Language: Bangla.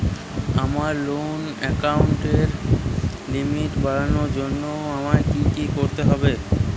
আমার লোন অ্যাকাউন্টের লিমিট বাড়ানোর জন্য আমায় কী কী করতে হবে?